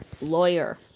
lawyer